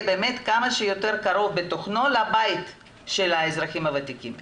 באמת כמה שיותר קרוב בתוכנו לבית של האזרחים הוותיקים.